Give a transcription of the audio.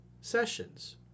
sessions